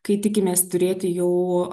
kai tikimės turėti jau